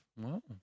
Wow